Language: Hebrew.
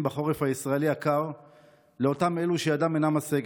בחורף הישראלי הקר לאותם אלו שידם אינה משגת.